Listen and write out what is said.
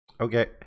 Okay